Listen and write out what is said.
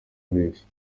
abeshya